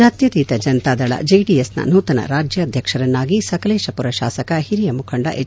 ಜಾತ್ಯಾತೀತ ಜನತಾದಳ ಜೆಡಿಎಸ್ನ ನೂತನ ರಾಜ್ಯಾಧ್ಯಕ್ಷರನ್ನಾಗಿ ಸಕಲೇಶಪುರ ಶಾಸಕ ಹಿರಿಯ ಮುಖಂಡ ಎಚ್